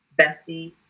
Bestie